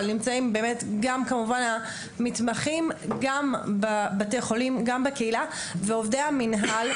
אבל נמצאים כמובן גם המתמחים בבתי החולים וגם בקהילה וגם עובדי המנהל,